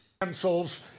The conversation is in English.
Pencils